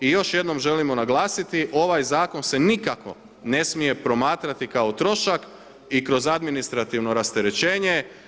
I još jednom želimo naglasiti, ovaj zakon se nikako ne smije promatrati kao trošak i kroz administrativno rasterećenje.